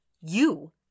You